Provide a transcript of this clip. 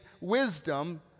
wisdom